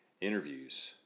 interviews